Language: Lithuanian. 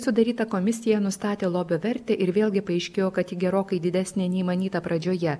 sudaryta komisija nustatė lobio vertę ir vėlgi paaiškėjo kad ji gerokai didesnė nei manyta pradžioje